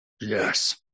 Yes